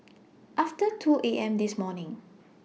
after two A M This morning